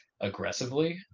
aggressively